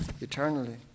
eternally